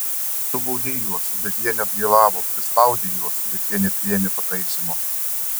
tu baudei juos bet jie neatgailavo prispaudei juos bet jie nepriėmė pataisymo